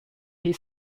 hit